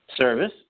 Service